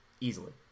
easily